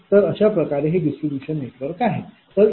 तर अशाप्रकारे हे डिस्ट्रीब्यूशन नेटवर्क आहे बरोबर